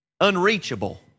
unreachable